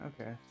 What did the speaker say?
Okay